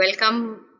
welcome